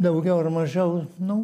daugiau ar mažiau nu